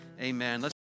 Amen